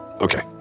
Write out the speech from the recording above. Okay